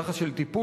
יחס של טיפול,